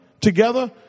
together